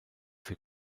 für